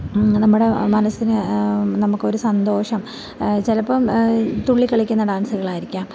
നമ്മുടെ മനസ്സിന് നമുക്കൊരു സന്തോഷം ചിലപ്പം തുള്ളി കളിക്കുന്ന ഡാൻസുകളായിരിക്കാം